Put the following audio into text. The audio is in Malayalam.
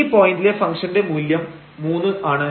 ഈ പോയന്റിലെ ഫംഗ്ഷന്റെ മൂല്യം 3 ആണ്